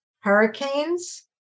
hurricanes